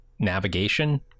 navigation